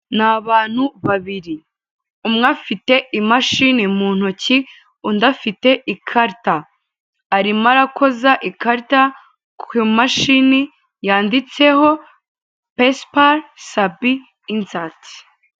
Ni abantu babiri umwe afite imashini mu ntoki undi afite ikarita, arimo arakoza ikarita ku mashini yanditseho pesipari savi insati.